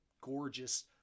gorgeous